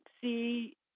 see